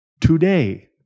today